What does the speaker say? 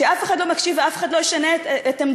כשאף אחד לא מקשיב ואף אחד לא ישנה את עמדתו,